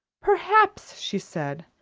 perhaps, she said,